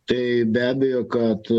tai be abejo kad